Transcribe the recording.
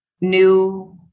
new